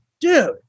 dude